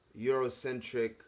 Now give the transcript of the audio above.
Eurocentric